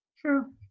true